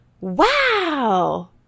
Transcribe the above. Wow